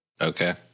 okay